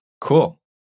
cool